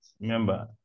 remember